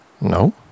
No